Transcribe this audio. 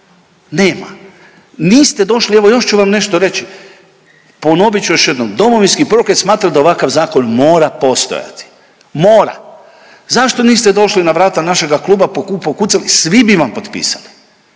nema, niste došli, evo još ću vam nešto reći. Ponovit ću još jednom Domovinski pokret smatra da ovakav zakon mora postojati. Mora. Zašto niste došli na vrata našega kluba, pokucali i svi bi vam potpisali,